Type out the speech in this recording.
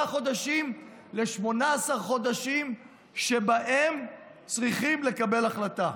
חודשים ל-18 חודשים שבהם צריכים לקבל החלטה,